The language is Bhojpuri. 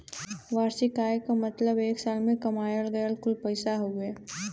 वार्षिक आय क मतलब एक साल में कमायल गयल कुल पैसा हउवे